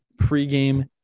pregame